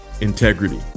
integrity